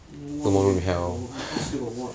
no more room in hell if not still got what